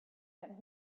and